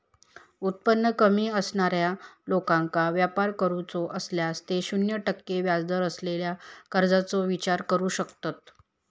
उत्पन्न कमी असणाऱ्या लोकांका व्यापार करूचो असल्यास ते शून्य टक्के व्याजदर असलेल्या कर्जाचो विचार करू शकतत